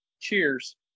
Cheers